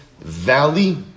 Valley